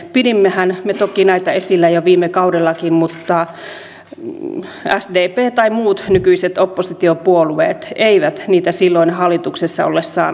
pidimmehän me toki näitä esillä jo viime kaudellakin mutta sdp tai muut nykyiset oppositiopuolueet eivät niitä silloin hallituksessa ollessaan halunneet kuunnella